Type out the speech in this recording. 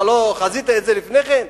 מה, לא חזית את זה לפני כן?